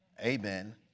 Amen